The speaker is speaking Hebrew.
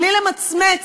בלי למצמץ.